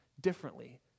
differently